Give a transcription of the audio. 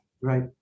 Right